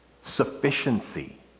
sufficiency